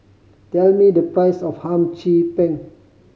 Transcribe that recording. tell me the price of Hum Chim Peng